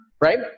Right